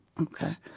Okay